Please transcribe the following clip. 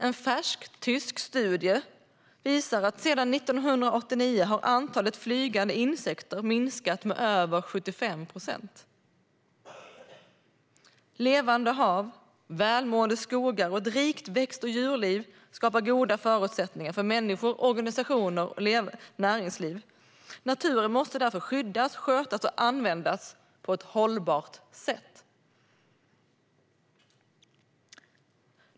En färsk tysk studie visar att antalet flygande insekter sedan 1989 har minskat med över 75 procent. Levande hav, välmående skogar och ett rikt växt och djurliv skapar goda förutsättningar för människor, organisationer och näringsliv. Naturen måste därför skyddas, skötas och användas på ett hållbart sätt.